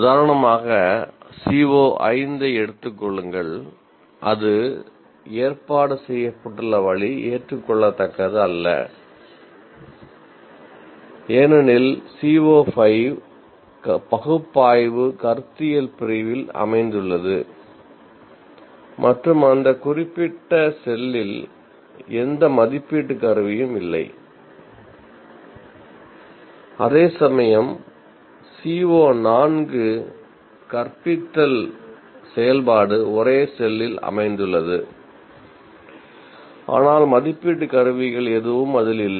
உதாரணமாக CO5 ஐ எடுத்துக் கொள்ளுங்கள் அது ஏற்பாடு செய்யப்பட்டுள்ள வழி ஏற்றுக்கொள்ளத்தக்கது அல்ல ஏனெனில் CO5 பகுப்பாய்வு கருத்தியல் பிரிவில் அமைந்துள்ளது மற்றும் அந்த குறிப்பிட்ட செல்லில் எந்த மதிப்பீட்டு கருவியும் இல்லை அதேசமயம் CO4 கற்பித்தல் செயல்பாடு ஒரே செல்லில் அமைந்துள்ளது ஆனால் மதிப்பீட்டு கருவிகள் எதுவும் அதில் இல்லை